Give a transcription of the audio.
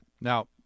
Now